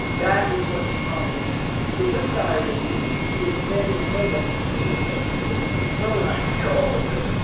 that is what his problem was. so this guy believed he was standing in front of us to see the receptionist, and kirill and i hear all of this,